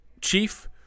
Chief